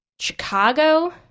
Chicago